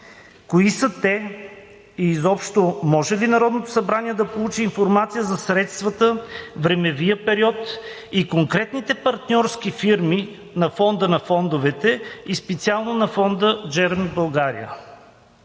Кои са те? Изобщо може ли Народното събрание да получи информация за средствата, времевия период и конкретните партньорски фирми на Фонда на фондовете, и специално на Фонда „Джереми България“?